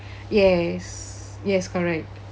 yes yes correct